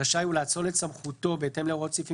רשאי הוא לאצול את סמכותו בהתאם להוראות סעיפים